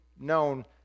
known